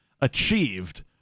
achieved